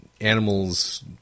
animals